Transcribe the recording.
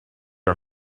are